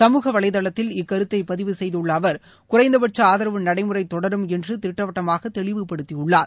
சமூக வலைதளத்தில் இக்கருத்தை பதிவு செய்துள்ள அவர் குறைந்தபட்ச ஆதரவு நடைமுறை தொடரும் என்று திட்டவட்டமாக தெளிவுபடுத்தியுள்ளார்